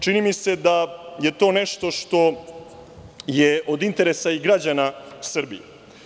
Čini mi se da je to nešto što je od interesa i građana Srbije.